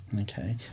Okay